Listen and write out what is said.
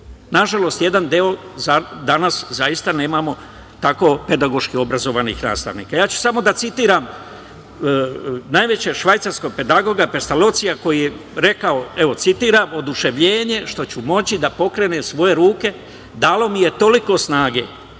Nažalost, danas zaista nemamo jedan deo pedagoški obrazovanih nastavnika. Samo ću da citiram najvećeg švajcarskog pedagoga Pestalocija koji je rekao – oduševljenje što ću moći da pokrenem svoje ruke dalo mi je toliko snage